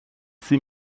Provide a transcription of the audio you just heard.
sie